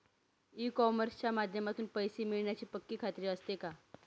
E कॉमर्सच्या माध्यमातून पैसे मिळण्याची पक्की खात्री असते का?